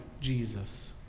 Jesus